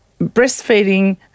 breastfeeding